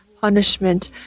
punishment